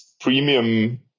premium